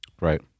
Right